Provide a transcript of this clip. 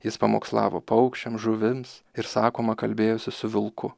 jis pamokslavo paukščiams žuvims ir sakoma kalbėjosi su vilku